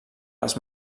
les